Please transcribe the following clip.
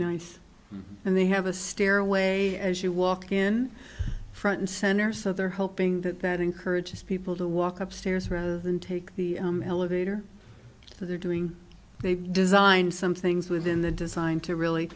nice and they have a stairway as you walk in front and center so they're hoping that that encourages people to walk upstairs rather than take the elevator so they're doing they've designed some things within the design to really